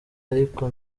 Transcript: ariko